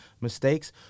mistakes